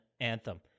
Anthem